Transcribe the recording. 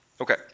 Okay